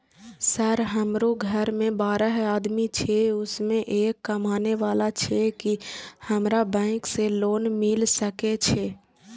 Sir हमरो घर में बारह आदमी छे उसमें एक कमाने वाला छे की हमरा बैंक से लोन मिल सके छे?